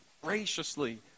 graciously